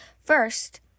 first